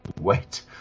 wait